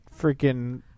freaking